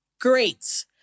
Great